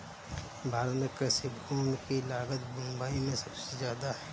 भारत में कृषि भूमि की लागत मुबई में सुबसे जादा है